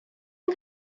yng